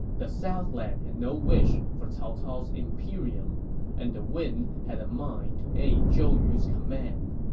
the southland had no wish for cao cao's imperium and the wind had a mind to aid zhou yu's command